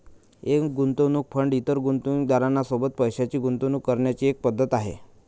एक गुंतवणूक फंड इतर गुंतवणूकदारां सोबत पैशाची गुंतवणूक करण्याची एक पद्धत आहे